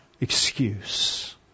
excuse